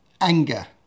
anger